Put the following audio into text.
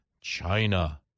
China